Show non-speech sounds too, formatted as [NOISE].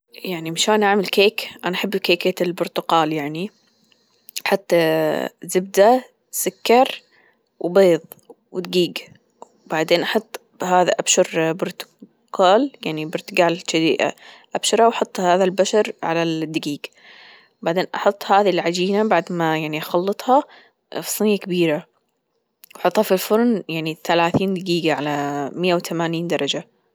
يعني مشان أعمل كيك أنا أحب كيكة البرتقال يعني أحط [HESITATION] زبدة سكر وبيض ودقيق بعدين أحط هذا أبشر برتقال يعني برتقال شذي أبشره وأحط هذا البشر على الدقيق بعدين احط هذي العجينة بعد ما يعني أخلطلها في صينية كبيرة أحطها في الفرن يعني ثلاثين دجيجة على مية وثمانين درجة.